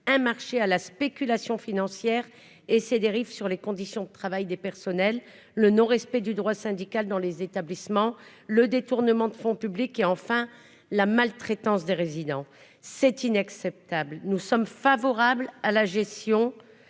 boulevard à la spéculation financière et à ses dérives en matière de conditions de travail des personnels, de non-respect du droit syndical dans les établissements, de détournement de fonds publics et, enfin, de maltraitance des résidents. C'est inacceptable. Nous sommes favorables à l'interdiction